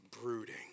brooding